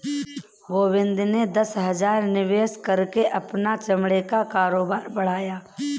गोविंद ने दस हजार निवेश करके अपना चमड़े का कारोबार बढ़ाया